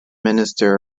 minister